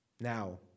Now